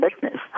business